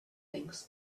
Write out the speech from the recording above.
things